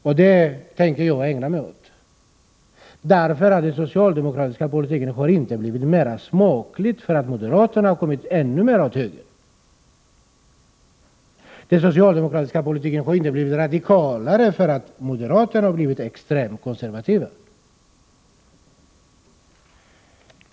Jag tänker ägna mig åt socialdemokraternas politik, för den har inte blivit mera smaklig av att moderaterna gått ännu längre åt höger. Den socialdemokratiska politiken har inte blivit radikalare för att moderaterna blivit extremt konservativa.